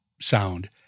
sound